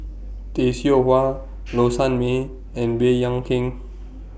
Tay Seow Huah Low Sanmay and Baey Yam Keng